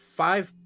five